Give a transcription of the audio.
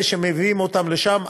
אלה שמביאים אותם לשם,